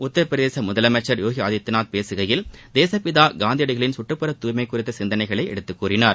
உத்தரப்பிரதேச முதலமைச்சர் யோகி ஆதித்யநாத் பேசுகையில் தேசப்பிதா காந்தியடிகளின் சுற்றுப்புறத் தூய்மை குறித்த சிந்தனைகளை எடுத்துக் கூறினார்